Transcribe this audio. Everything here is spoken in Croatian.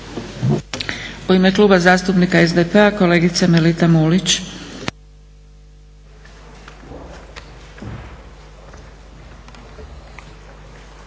U ime Kluba zastupnika SDP-a kolegica Melita Mulić.